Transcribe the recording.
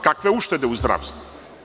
Kakve uštede u zdravstvu?